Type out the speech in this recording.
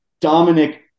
dominic